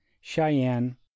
Cheyenne